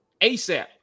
ASAP